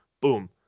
boom